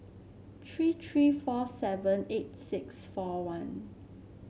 three three four seven eight six four one